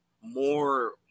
more